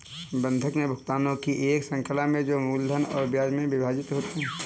बंधक में भुगतानों की एक श्रृंखला में जो मूलधन और ब्याज में विभाजित होते है